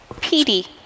Petey